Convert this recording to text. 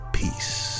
Peace